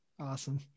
awesome